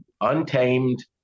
untamed